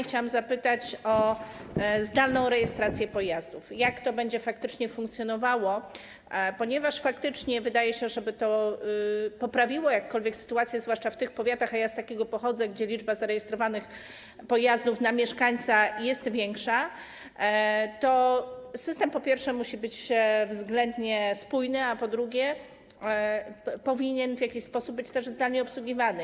Chciałam zapytać o zdalną rejestrację pojazdów, jak to będzie faktycznie funkcjonowało, ponieważ wydaje się, że aby to poprawiło jakkolwiek sytuację - zwłaszcza w tych powiatach, a ja z takiego pochodzę, gdzie liczba zarejestrowanych pojazdów na mieszkańca jest większa - to system, po pierwsze, musi być względnie spójny, a po drugie, powinien w jakiś sposób być też zdalnie obsługiwany.